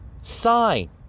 sign